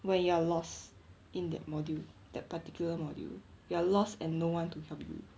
when you are lost in that module that particular module you are lost and no one to help you